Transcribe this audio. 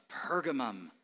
Pergamum